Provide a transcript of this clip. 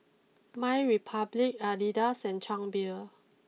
MyRepublic Adidas and Chang Beer